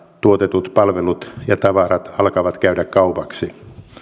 tuotetut palvelut ja tavarat alkavat käydä kaupaksi